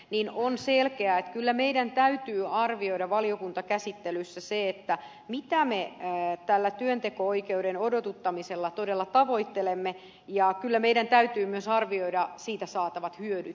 niin on selkeää että kyllä meidän täytyy arvioida valiokuntakäsittelyssä se mitä me tällä työnteko oikeuden odotuttamisella todella tavoittelemme ja kyllä meidän täytyy myös arvioida siitä saatavat hyödyt